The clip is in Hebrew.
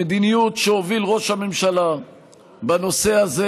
המדיניות שהוביל ראש הממשלה בנושא הזה